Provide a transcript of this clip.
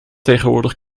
tegenwoordig